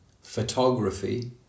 photography